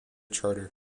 charter